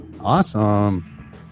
Awesome